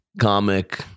comic